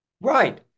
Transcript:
Right